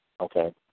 Okay